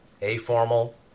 A-formal